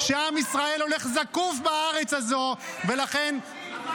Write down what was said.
מלחמת התקומה של עם ישראל בארצו --- אתם ממשלת החורבן.